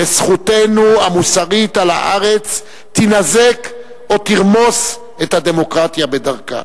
שזכותנו המוסרית על הארץ תינזק או תרמוס את הדמוקרטיה בדרכה.